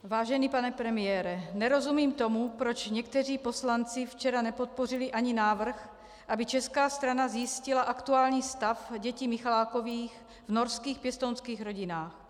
Vážený pane premiére, nerozumím tomu, proč někteří poslanci včera nepodpořili ani návrh, aby česká strana zjistila aktuální stav dětí Michalákových v norských pěstounských rodinách.